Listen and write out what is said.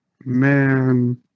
man